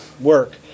work